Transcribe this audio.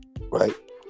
right